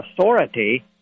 authority